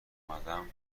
اومدم